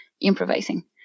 improvising